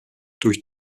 durch